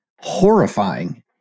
horrifying